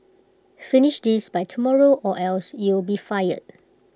finish this by tomorrow or else you'll be fired